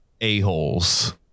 a-holes